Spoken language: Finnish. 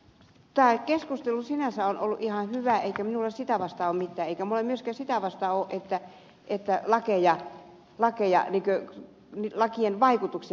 tämä keskustelu sinänsä on ollut ihan hyvää eikä minulla sitä vastaan ole mitään eikä minulla myöskään ole mitään sitä vastaan että lakien vaikutuksia arvioidaan